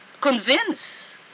convince